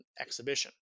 exhibition